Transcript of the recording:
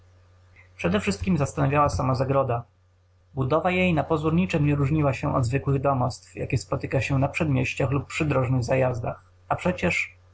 obserwacyę przedewszystkiem zastanawiała sama zagroda budowa jej na pozór niczem nie różniła się od zwykłych domostw jakie spotyka się na przedmieściach lub przydrożnych zajazdach a przecież